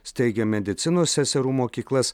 steigė medicinos seserų mokyklas